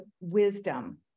wisdom